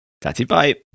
Daddy-bye